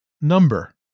number